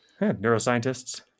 Neuroscientists